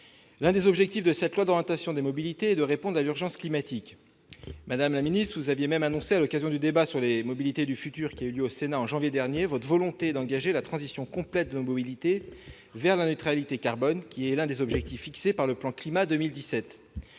l'un des défis du projet de loi d'orientation des mobilités est de répondre à l'urgence climatique. Madame la ministre, vous aviez même annoncé à l'occasion du débat sur les mobilités du futur, qui a eu lieu au Sénat en janvier dernier, votre volonté d'engager la transition complète de nos mobilités vers la neutralité carbone, qui est l'un des objectifs fixés par le plan Climat 2017.